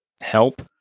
help